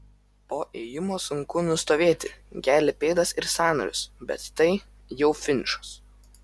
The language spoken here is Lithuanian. po ėjimo sunku nustovėti gelia pėdas ir sąnarius bet tai jau finišas